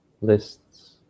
lists